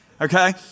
okay